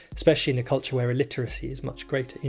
especially in a culture where illiteracy is much greater.